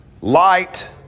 Light